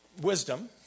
wisdom